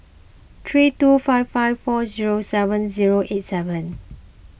three two five five four zero seven zero eight seven